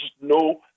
no